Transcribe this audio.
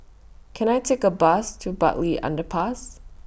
Can I Take A Bus to Bartley Underpass